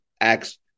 Acts